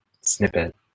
snippet